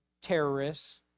terrorists